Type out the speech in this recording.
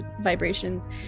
vibrations